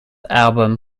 album